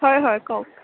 হয় হয় কওক